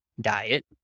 diet